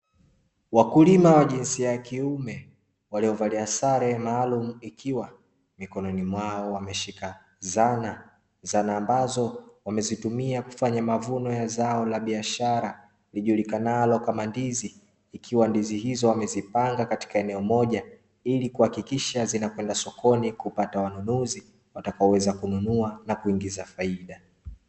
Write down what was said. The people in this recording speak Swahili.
Wakulima wa jinsia ya kiume waliovalia sare maalumu ikiwa mikononi mwao wameshika zana. Zana ambazo wamezitumia kufanya mavuno ya zao la biashara lijulikanalo kama ndizi, ikiwa ndizi hizo wamezipanga katika eneo moja ili kuhakikisha zinakwenda sokoni kupata wanunuzi watakaoweza kununua na kuingiza faida.